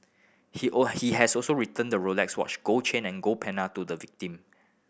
he all he has also returned the Rolex watch gold chain and gold pendant to the victim